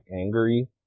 angry